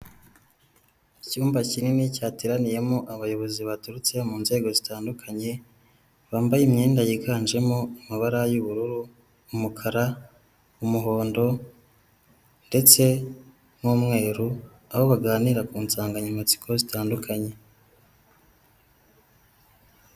Icyumba kinini cyateraniyemo abayobozi baturutse mu nzego zitandukanye, bambaye imyenda yiganjemo amabara y'ubururu, umukara, umuhondo ndetse n'umweru, aho baganira ku nsanganyamatsiko zitandukanye.